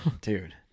dude